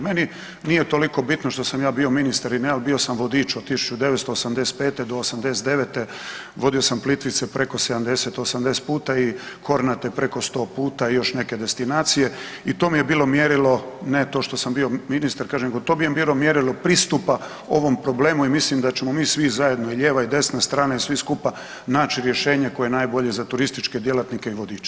Meni nije toliko bitno što sam ja bio ministar … [[Govornik se ne razumije]] bio sam vodič od 1985 do '89., vodio sam Plitvice preko 70-80 puta i Kornate preko 100 puta i još neke destinacije i to mi je bilo mjerilo ne to što sam bio ministar kažem nego to je bilo mjerilo pristupa ovom problemu i mislim da ćemo mi svi zajedno i lijeva i desna strana i svi skupa naći rješenje koje je najbolje za turističke djelatnike i vodiče.